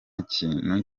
kintu